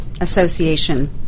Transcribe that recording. Association